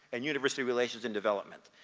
and university relations and development.